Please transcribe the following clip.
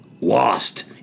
lost